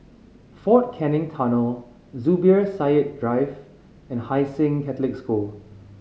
Fort Canning Tunnel Zubir Said Drive and Hai Sing Catholic School